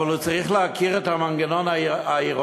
אבל הוא צריך להכיר את המנגנון העירוני,